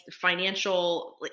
financial